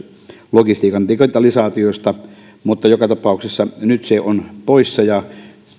logistiikan digitalisaatiosta mutta joka tapauksessa se pykälä on nyt poissa ja